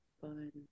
fun